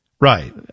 right